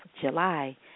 July